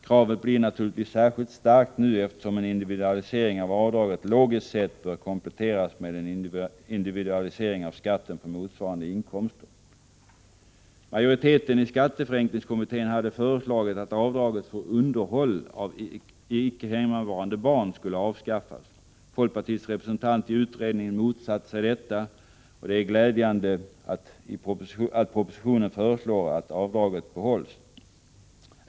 Kravet blir naturligtvis särskilt starkt nu, eftersom en individualisering av avdraget logiskt sett bör kompletteras med en individualisering av skatten på motsvarande inkomster. Majoriteten i skatteförenklingskommittén hade föreslagit att avdraget för underhåll av icke hemmavarande barn skulle avskaffas. Folkpartiets representant i utredningen motsatte sig detta. Det är därför glädjande att det i propositionen föreslås att avdraget behålls.